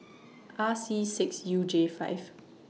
R C six U J five